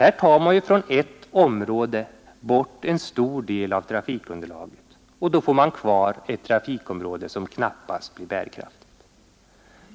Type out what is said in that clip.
Här tar man nämligen från ett område bort en stor del av trafikunderlaget, och då får man kvar ett trafikområde som knappast blir bärkraftigt.